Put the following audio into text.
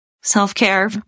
self-care